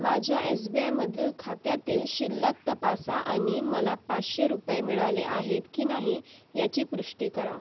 माझ्या S B आयमधील खात्यातील शिल्लक तपासा आणि मला पाचशे रुपये मिळाले आहेत की नाही याची पष्टी करा